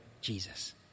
Jesus